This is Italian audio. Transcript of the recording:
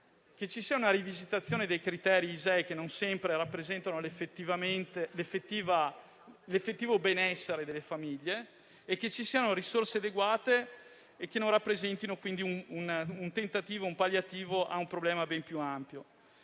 che ci sia una rivisitazione dei criteri ISEE che non sempre rappresentano l'effettivo benessere delle famiglie e che ci siano risorse adeguate, che non rappresentino un palliativo a un problema ben più ampio.